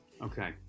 okay